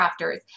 crafters